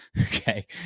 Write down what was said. Okay